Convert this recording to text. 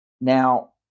Now